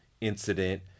incident